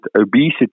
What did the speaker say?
obesity